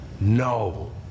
No